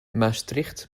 maastricht